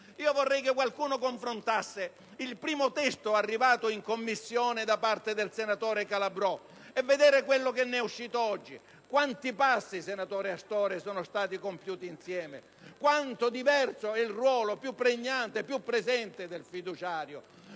Io vorrei che qualcuno confrontasse il primo testo inviato in Commissione da parte del senatore Calabrò con ciò che ne è uscito oggi. Quanti passi, senatore Astore, sono stati compiuti insieme. Quanto diverso è il ruolo, più pregnante e presente del fiduciario.